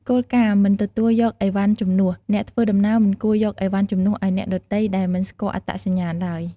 គោលការណ៍ "មិនទទួលយកអីវ៉ាន់ជំនួស" អ្នកធ្វើដំណើរមិនគួរយកអីវ៉ាន់ជំនួសឱ្យអ្នកដទៃដែលមិនស្គាល់អត្តសញ្ញាណឡើយ។